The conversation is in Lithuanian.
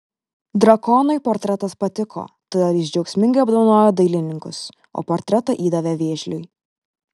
drakonui portretas patiko todėl jis džiaugsmingai apdovanojo dailininkus o portretą įdavė vėžliui